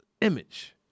image